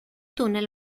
túnel